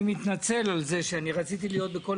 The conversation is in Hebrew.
אני מתנצל על זה שאני רציתי להיות בכל